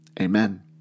Amen